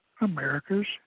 America's